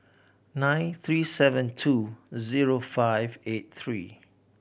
nine three seven two zero five eight three